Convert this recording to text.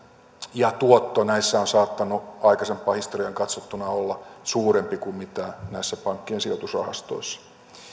ja tuotto näissä on saattanut aikaisempaan historiaan katsottuna olla suurempi kuin näissä pankkien sijoitusrahastoissa